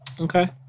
Okay